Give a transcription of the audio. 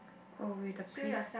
oh wait the priest